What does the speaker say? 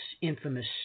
infamous